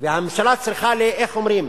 והממשלה צריכה, איך אומרים,